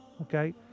Okay